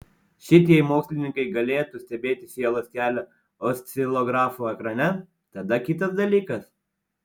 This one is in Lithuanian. šit jei mokslininkai galėtų stebėti sielos kelią oscilografo ekrane tada kitas dalykas